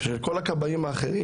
ושל כל הכבאים האחרים,